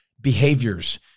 behaviors